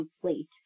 complete